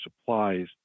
supplies